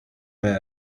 mehr